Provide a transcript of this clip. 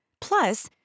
Plus